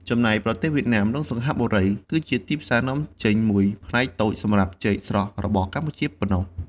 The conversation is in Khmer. ចំណែកប្រទេសវៀតណាម និងសិង្ហបុរី គឺជាទីផ្សារនាំចេញមួយផ្នែកតូចសម្រាប់ចេកស្រស់របស់កម្ពុជាប៉ុណ្ណោះ។